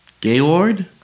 Gaylord